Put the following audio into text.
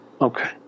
okay